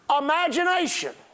imagination